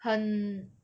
很